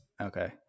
okay